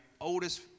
oldest